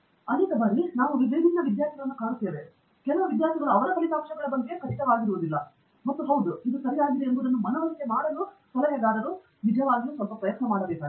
ಅನೇಕ ಬಾರಿ ನಾವು ವಿಭಿನ್ನ ವಿದ್ಯಾರ್ಥಿಗಳನ್ನು ಕಾಣುತ್ತೇವೆಕೆಲವು ವಿದ್ಯಾರ್ಥಿಗಳು ಫಲಿತಾಂಶಗಳ ಬಗ್ಗೆ ಖಚಿತವಾಗಿಲ್ಲ ಮತ್ತು ಹೌದು ಇದು ಸರಿಯಾಗಿದೆಯೆಂಬುದನ್ನು ಮನವರಿಕೆ ಮಾಡಲು ಸಲಹೆಗಾರನು ನಿಜವಾಗಿಯೂ ಸ್ವಲ್ಪ ಪ್ರಯತ್ನ ಮಾಡಬೇಕಾಗಿದೆ